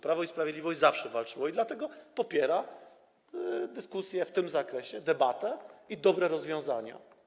Prawo i Sprawiedliwość zawsze walczyło, dlatego popiera dyskusję w tym zakresie, debatę i dobre rozwiązania.